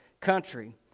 country